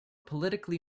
politically